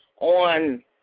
On